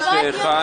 החוק אושר פה אחד.